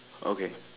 okay